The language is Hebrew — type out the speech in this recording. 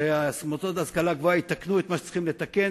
שהמוסדות להשכלה גבוהה יתקנו את מה שצריך לתקן,